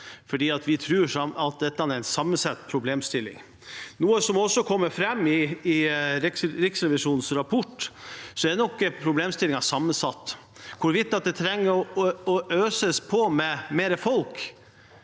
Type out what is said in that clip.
stilt. Vi tror at dette er en sammensatt problemstilling, noe som også kommer fram i Riksrevisjonens rapport: at problemstillingen nok er sammensatt. Hvorvidt man trenger å øse på med flere folk,